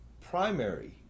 Primary